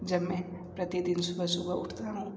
जब मैं प्रतिदिन सुबह सुबह उठता हूँ